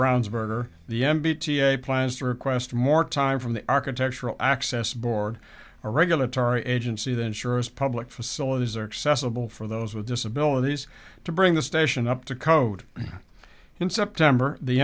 brown's burger the m b t a plans to request more time from the architectural access board a regulatory agency then sure as public facilities are accessible for those with disabilities to bring the station up to code in september the